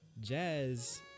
Jazz